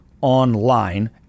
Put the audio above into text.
online